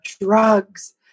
drugs